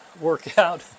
workout